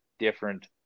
different